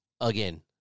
Again